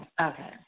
Okay